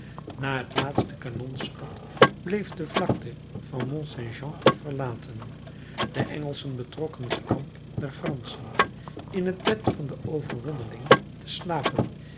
na het laatste kanonschot bleef de vlakte van mont saint jean verlaten de engelschen betrokken het kamp der franschen in het bed van den overwonneling te slapen